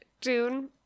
Dune